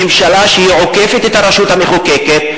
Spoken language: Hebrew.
ממשלה שעוקפת את הרשות המחוקקת,